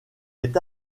est